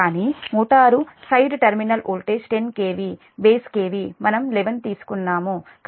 కానీ motor side terminal voltage 10 KV base KV మనము 11 తీసుకున్నాము కాబట్టి 0